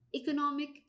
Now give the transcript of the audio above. economic